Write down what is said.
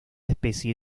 especie